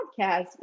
podcast